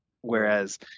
Whereas